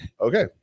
Okay